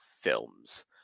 films